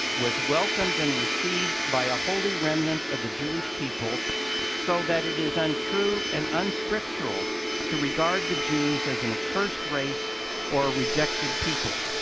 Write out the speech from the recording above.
was welcomed and received by a holy remnant of the jewish people so that it is untrue and unscriptural to regard the jews as an accursed race or a rejected people.